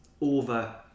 over